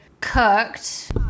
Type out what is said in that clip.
cooked